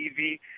tv